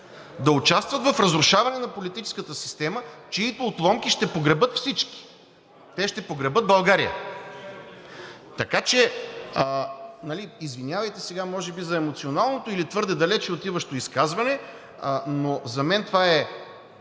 да участват в разрушаване на политическата система, чиито отломки ще погребат всички, те ще погребат България. Така че извинявайте за емоционалното или твърде далеч отиващо изказване, но за мен това е